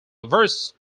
vestry